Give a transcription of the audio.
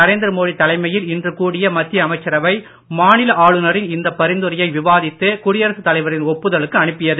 நரேந்திர மோடி தலைமையில் இன்று கூடிய மத்திய அமைச்சரவை மாநில ஆளுனரின் இந்தப் பரிந்துரையை விவாதித்து குடியரசுத் தலைவரின் ஒப்புதலுக்கு அனுப்பியது